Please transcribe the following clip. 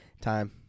time